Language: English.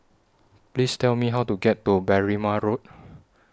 Please Tell Me How to get to Berrima Road